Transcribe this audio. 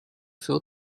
fill